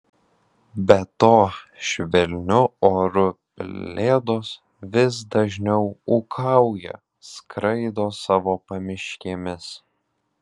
be to švelniu oru pelėdos vis dažniau ūkauja skraido savo pamiškėmis